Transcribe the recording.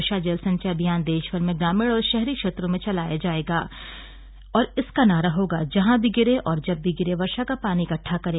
वर्षा जल संचय अभियान देशभर में ग्रामीण और शहरी क्षेत्रों में चलाया जाएगा और इसका नारा होगा जहां भी गिरे और जब भी गिरे वर्षा का पानी इकहा करें